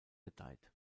gedeiht